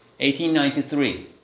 1893